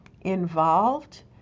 involved